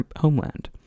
homeland